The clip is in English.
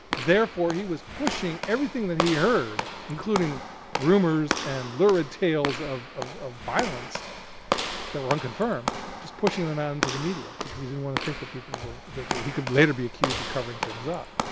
therefore he was pushing everything that he heard, including rumors and lurid tales of of ah violence that were unconfirmed just pushing them out in to the media because he didn't want to think that people were that that he could later be accused of covering things up.